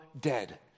dead